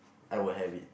I will have it